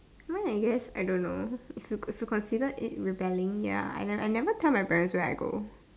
mine I guess I don't know it should it consider it rebelling ya I nev I never tell my parents where I go